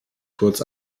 kurz